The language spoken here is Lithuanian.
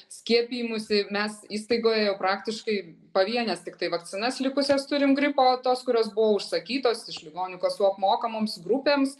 skiepijimusi mes įstaigoje jau praktiškai pavienes tiktai vakcinas likusias turim gripo tos kurios buvo užsakytos iš ligonių kasų apmokamoms grupėms